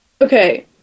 Okay